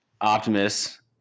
optimus